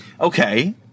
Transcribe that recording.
okay